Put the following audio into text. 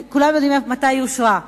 כולם יודעים מתי היא אושרה,